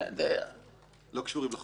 לא קשורים לחוק הזה.